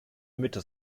mütter